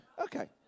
Okay